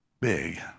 big